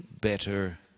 better